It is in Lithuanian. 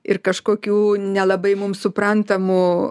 ir kažkokių nelabai mums suprantamų